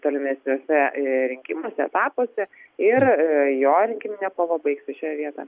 tolimesniuose rinkimuose etapuose ir jo rinkiminė kova baigsis šioje vietoje